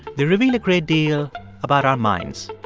they reveal a great deal about our minds.